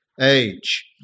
age